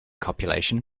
copulation